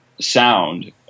sound